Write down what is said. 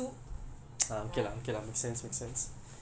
ya so that my dish will be all like vegetable soup